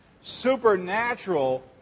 Supernatural